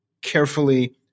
carefully